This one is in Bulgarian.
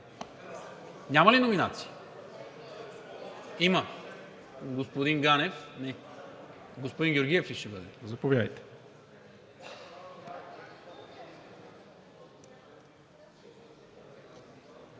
Няма ли номинации? Има. Господин Ганев. (Реплика.) Господин Георгиев ли ще бъде? Заповядайте.